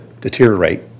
deteriorate